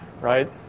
Right